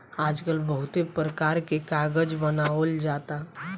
आजकल बहुते परकार के कागज बनावल जाता